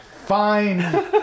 Fine